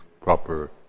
proper